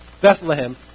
Bethlehem